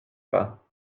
pas